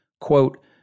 quote